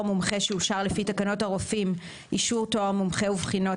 מומחה שאושר לפי תקנות הרופאים (אישור תואר מומחה ובחינות),